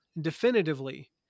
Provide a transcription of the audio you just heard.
definitively